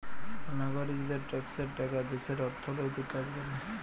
লাগরিকদের ট্যাক্সের টাকা দ্যাশের অথ্থলৈতিক কাজ ক্যরে